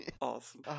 Awesome